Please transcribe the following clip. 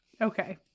Okay